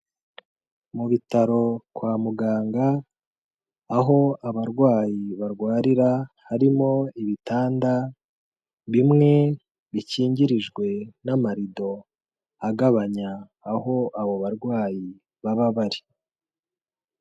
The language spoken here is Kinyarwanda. Mu bitaro kwa muganga, aho abarwayi barwarira harimo ibitanda bimwe bikingirijwe n'amarido agabanya aho abo barwayi baba bari.